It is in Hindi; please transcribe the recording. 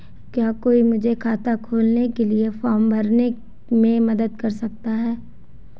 क्या कोई मुझे खाता खोलने के लिए फॉर्म भरने में मदद कर सकता है?